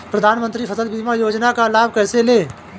प्रधानमंत्री फसल बीमा योजना का लाभ कैसे लें?